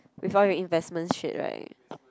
with all your investment shit [right]